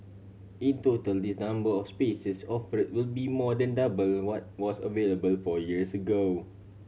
in total this number of spaces offered will be more than double what was available four years ago